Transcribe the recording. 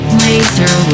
laser